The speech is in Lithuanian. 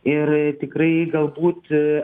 ir tikrai galbūt arti